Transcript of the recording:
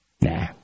Nah